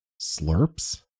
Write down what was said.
slurps